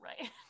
right